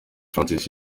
francis